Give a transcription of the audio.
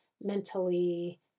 mentally